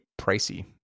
pricey